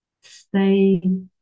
stay